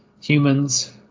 humans